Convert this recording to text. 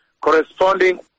corresponding